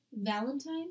Valentine